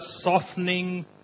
softening